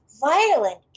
violent